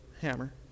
hammer